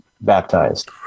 baptized